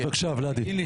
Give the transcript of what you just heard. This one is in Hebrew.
באיזה מספר אנחנו?